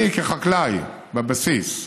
אני, כחקלאי בבסיס,